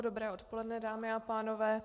Dobré odpoledne, dámy a pánové.